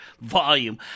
volume